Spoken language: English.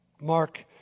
Mark